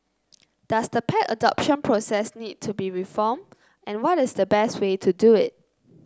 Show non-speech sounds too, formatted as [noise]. does the pet [noise] adoption process need to be reformed and what is the best way to do it